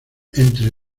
entre